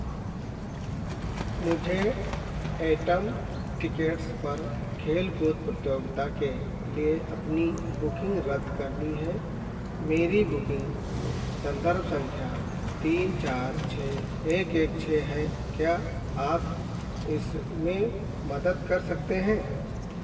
मुझे atom tickets पर खेलकूद प्रतियोगिता के लिए अपनी बुकिंग रद्द करनी है मेरी बुकिंग संदर्भ संख्या तीन चार छः एक एक छः है क्या आप इसमें मदद कर सकते हैं